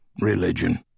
religion